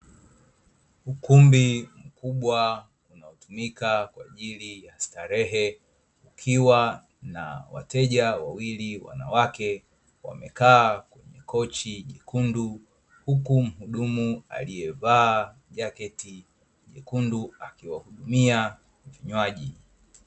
Ukumbi kubwa unaotumika kwa ajili ya starehe ukiwa na wateja wawili wanawake wamekaa kochi jekundu, huku muhudumu aliyevaa jaketi jekundu akiwahudumia vinywaji.